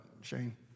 Shane